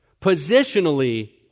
Positionally